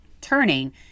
turning